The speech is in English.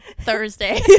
Thursday